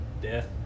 death